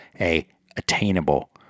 A-attainable